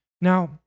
Now